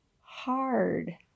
hard